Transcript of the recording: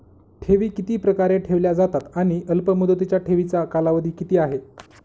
ठेवी किती प्रकारे ठेवल्या जातात आणि अल्पमुदतीच्या ठेवीचा कालावधी किती आहे?